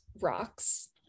rocks